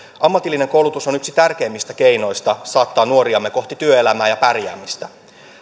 ammatillinen koulutus on yksi tärkeimmistä keinoista saattaa nuoriamme kohti työelämää ja pärjäämistä